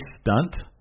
stunt